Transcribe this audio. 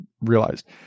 realized